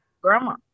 grandma